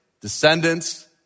descendants